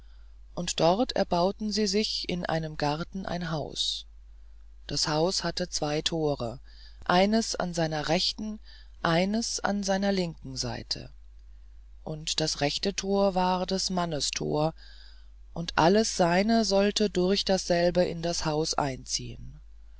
und dort erbauten sie sich in einem garten ein haus und das haus hatte zwei tore eines an seiner rechten eines an seiner linken seite und das rechte tor war des mannes tor und alles seine sollte durch dasselbe in das haus einziehen